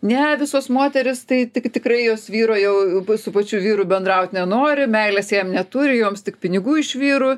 ne visos moterys tai tik tikrai jos vyro jau su pačiu vyru bendraut nenori meilės jam neturi joms tik pinigų iš vyrų